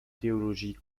théologie